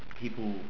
people